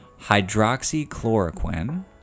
hydroxychloroquine